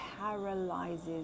paralyzes